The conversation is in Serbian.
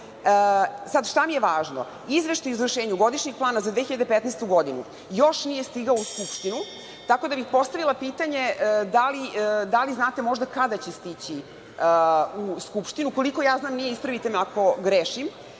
Sad, šta mi je važno? Izveštaj o izvršenju godišnjeg plana za 2015. godinu još nije stigao u Skupštinu, tako da bih postavila pitanje – da li znate možda kada će stići u Skupštinu? Koliko ja znam nije, ispravite me ako grešim,